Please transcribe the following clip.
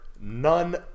None